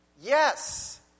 Yes